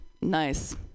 Nice